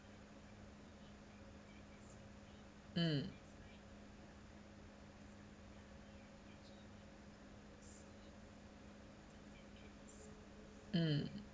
mm mm